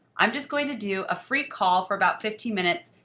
i'm just going to do a free call for about fifteen minutes,